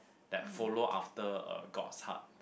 that follow after uh god's heart